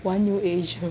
玩游 Asia